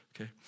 Okay